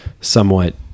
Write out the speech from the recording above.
somewhat